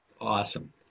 awesome